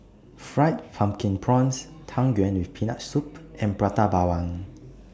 Fried Pumpkin Prawns Tang Yuen with Peanut Soup and Prata Bawang